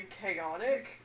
chaotic